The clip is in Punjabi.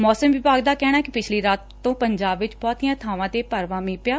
ਮੌਸਮ ਵਿਭਾਗ ਦਾ ਕਹਿਣੈ ਕਿ ਪਿਛਲੀ ਰਾਤ ਤੋਂ ਪੰਜਾਬ ਵਿਚ ਬਹੁਤੀਆਂ ਬਾਵਾਂ ਤੇ ਭਰਵਾਂ ਮੀਹ ਪਿਐ